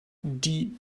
die